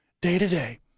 day-to-day